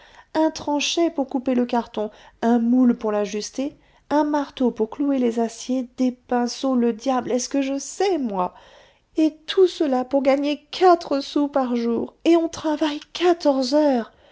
un tranchet pour couper le carton un moule pour l'ajuster un marteau pour clouer les aciers des pinceaux le diable est-ce que je sais moi et tout cela pour gagner quatre sous par jour et on travaille quatorze heures